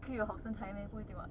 可以有好身材 meh 不一定 [what]